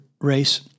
Race